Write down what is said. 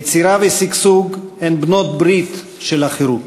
יצירה ושגשוג הם בעלי-ברית של החירות.